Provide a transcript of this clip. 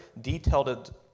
detailed